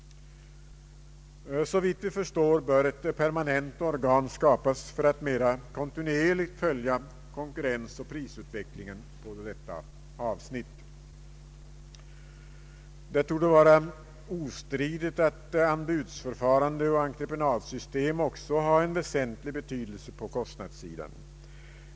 Såvitt vi förstår bör ett permanent organ skapas för att mera kontinuerligt följa konkurrensoch prisutvecklingen på detta avsnitt. Det torde vara ostridigt att anbudsförfarande och entreprenadsystem också har en väsentlig betydelse på kostnadssidan.